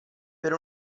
per